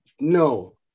no